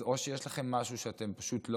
אז או שיש לכם משהו שאתם פשוט לא